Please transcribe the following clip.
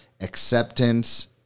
acceptance